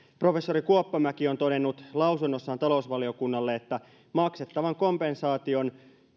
professori kuoppamäki on todennut lausunnossaan talousvaliokunnalle että maksettavan kompensaation